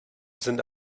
sind